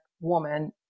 woman